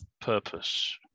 purpose